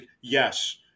yes